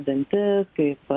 dantis kaip